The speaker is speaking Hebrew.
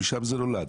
ומשם זה נולד.